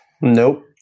Nope